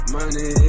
Money